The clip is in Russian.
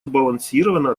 сбалансировано